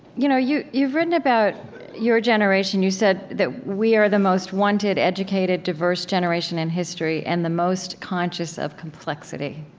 you know you've written about your generation. you said that we are the most wanted, educated, diverse generation in history, and the most conscious of complexity.